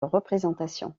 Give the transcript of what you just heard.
représentation